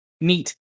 neat